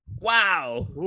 Wow